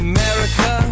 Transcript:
America